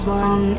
one